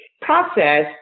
process